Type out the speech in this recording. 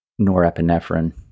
norepinephrine